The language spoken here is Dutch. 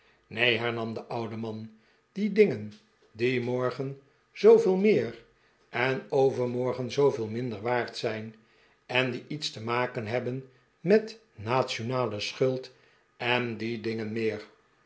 neen hernam de oude man die dingen die morgen zooveel meer en overmorgen zooveel minder waard zijn en die iets te maken hebben met nationale schuld en al die dingen meer